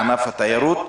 לענף התיירות?